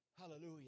Hallelujah